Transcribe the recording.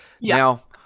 Now